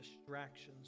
distractions